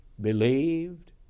believed